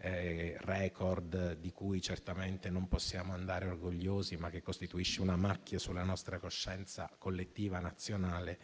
*record* di cui certamente non possiamo andare orgogliosi, ma che costituisce una macchia sulla nostra coscienza collettiva nazionale.